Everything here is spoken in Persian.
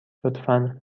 لطفا